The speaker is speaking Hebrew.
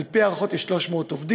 על-פי ההערכות, יש 300 עובדים.